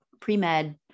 pre-med